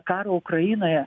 karo ukrainoje